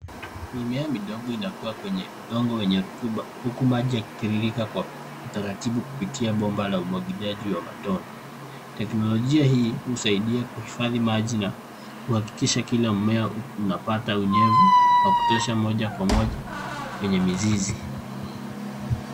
Mimea midogo inakuwa kwenye udongo wenye rutuba huku maji yakitiririka kwa utaratibu kupitia bomba la umwagiliaji wa matone. Teknolojia hii husaidia kuhifadhi maji na kuhakikisha kila mmea unapata unyevu wa kutosha moja kwa moja kwenye mzizi.